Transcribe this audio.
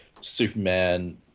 Superman